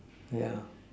ya